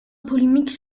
polémique